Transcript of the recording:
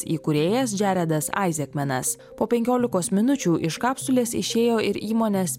įkūrėjas džeredas aisekmenas po penkiolikos minučių iš kapsulės išėjo ir įmonės